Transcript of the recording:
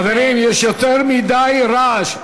חברים, יש יותר מדי רעש.